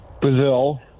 Brazil